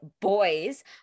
Boys